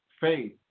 faith